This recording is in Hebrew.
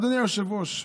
אדוני היושב-ראש,